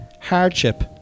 hardship